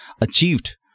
achieved